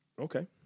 Okay